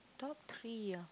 top three ah